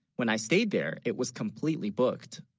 when i stayed there it was completely booked